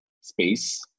space